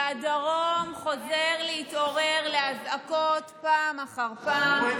והדרום חוזר להתעורר לאזעקות פעם אחר פעם,